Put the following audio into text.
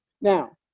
Now